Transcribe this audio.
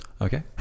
okay